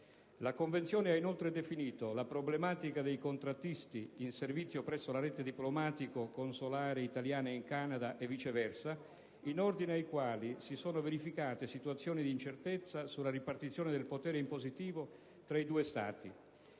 La Convenzione ha inoltre definito la problematica dei contrattisti in servizio presso la rete diplomatico-consolare italiana in Canada e viceversa, in ordine ai quali si sono verificate situazioni di incertezza sulla ripartizione del potere impositivo tra i due Stati.